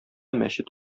мәчет